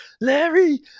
Larry